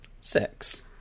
Six